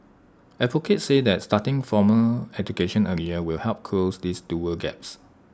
advocates say that starting formal education earlier will help close these dual gaps